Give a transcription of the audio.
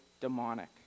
demonic